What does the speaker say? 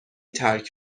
ترک